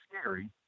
scary